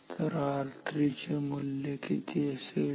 तर R3 चे मूल्य किती असेल